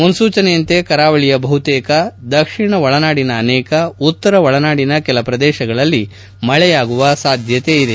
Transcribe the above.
ಮನ್ನೂಚನೆಯಂತೆ ಕರಾವಳಿಯ ಬಹುತೇಕ ದಕ್ಷಿಣ ಒಳನಾಡಿನ ಅನೇಕ ಉತ್ತರ ಒಳನಾಡಿನ ಕೆಲ ಪ್ರದೇಶಗಳಲ್ಲಿ ಮಳೆಯಾಗುವ ಸಾಧ್ಯತೆ ಇದೆ